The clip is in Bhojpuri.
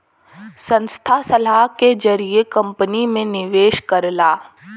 संस्था सलाह के जरिए कंपनी में निवेश करला